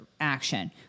action